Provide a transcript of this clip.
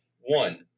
One